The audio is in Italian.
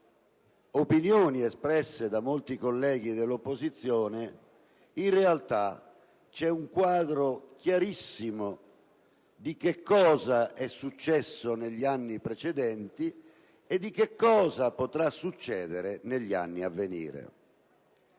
all'opinione espressa da molti senatori dell'opposizione, in realtà c'è un quadro chiarissimo di che cosa è successo negli anni precedenti e di che cosa potrà succedere negli anni a venire.